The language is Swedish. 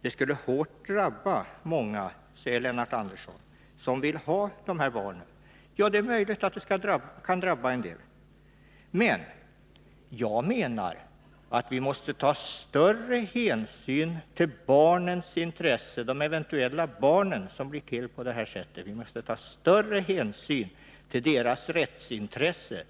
Det skulle hårt drabba många som vill ha barn, säger Lennart Andersson. Ja, det är möjligt att det kan drabba en del. Men jag menar att vi måste ta större hänsyn till de barn som blir till på detta sätt. Vi måste ta större hänsyn till deras rättsintresse